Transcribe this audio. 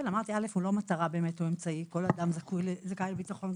כל אדם זכאי לביטחון.